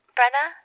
Brenna